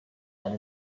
and